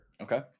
Okay